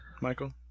Michael